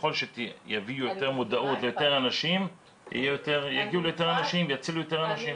ככל שיביאו יותר אנשים יגיעו ליותר אנשים ויצילו יותר אנשים.